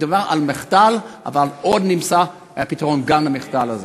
מדובר במחדל, אבל עוד נמצא פתרון גם למחדל הזה.